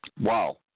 Wow